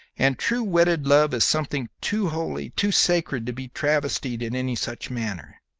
and true wedded love is something too holy, too sacred, to be travestied in any such manner.